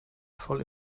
voll